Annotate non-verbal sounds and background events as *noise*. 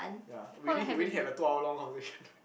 ya we did we did have a two hour long conversation *laughs*